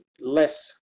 less